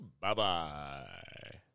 Bye-bye